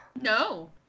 No